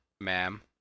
ma'am